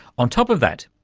on top of that,